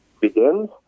begins